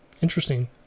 interesting